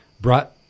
Brought